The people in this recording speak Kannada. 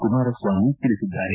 ಕುಮಾರಸ್ವಾಮಿ ತಿಳಿಸಿದ್ದಾರೆ